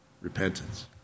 Repentance